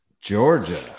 Georgia